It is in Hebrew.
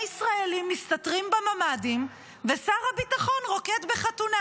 ישראלים מסתתרים בממ"דים ושר הביטחון רוקד בחתונה.